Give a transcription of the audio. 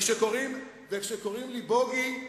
כשקוראים בוגי,